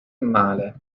male